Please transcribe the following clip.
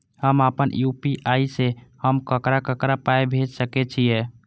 हम आपन यू.पी.आई से हम ककरा ककरा पाय भेज सकै छीयै?